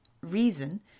reason